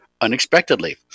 unexpectedly